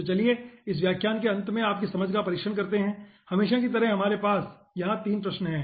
तो चलिए हम इस व्याख्यान के अंत में आपकी समझ का परीक्षण करते हैं हमेशा की तरह हमारे पास यहाँ तीन प्रश्न हैं